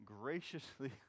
graciously